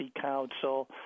Council